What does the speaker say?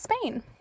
Spain